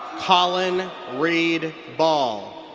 collin reed ball.